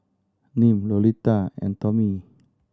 Nim Lolita and Tomie